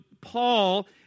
Paul